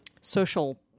social